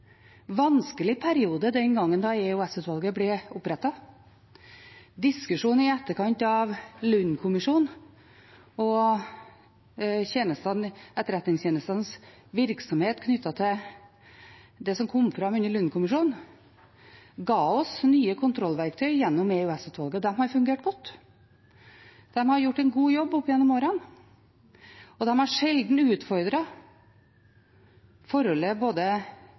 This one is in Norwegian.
vanskelig periode den gangen da EOS-utvalget ble opprettet. Diskusjonen i etterkant av Lund-kommisjonen og etterretningstjenestenes virksomhet knyttet til det som kom fram under Lund-kommisjonen, ga oss nye kontrollverktøy gjennom EOS-utvalget, og de har fungert godt. De har gjort en god jobb opp igjennom årene. De har sjelden utfordret forholdet